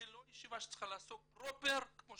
זו לא ישיבה שצריכה לעסוק פרופר כמו